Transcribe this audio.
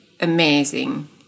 amazing